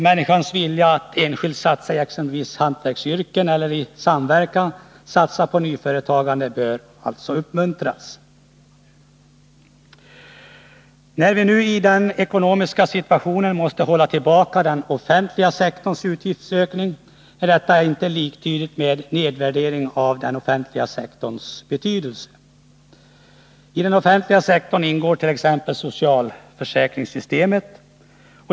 Människans vilja att enskilt satsa i exempelvis ett hantverksyrke eller i samverkan satsa på nyföretagande bör uppmuntras. När vi nu i den rådande ekonomiska situationen måste hålla tillbaka den offentliga sektorns utgiftsökning, är detta inte liktydigt med en nedvärdering av den offentliga sektorns betydelse. I den offentliga sektorn ingår t.ex. socialförsäkringssystemet.